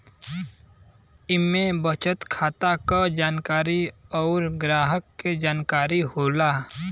इम्मे बचत खाता क जानकारी अउर ग्राहक के जानकारी होला